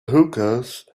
hookahs